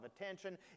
attention